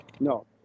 No